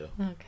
okay